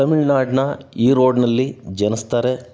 ತಮಿಳ್ನಾಡಿನ ಈರೋಡ್ನಲ್ಲಿ ಜನಿಸ್ತಾರೆ